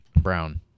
Brown